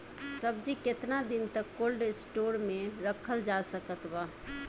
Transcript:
सब्जी केतना दिन तक कोल्ड स्टोर मे रखल जा सकत बा?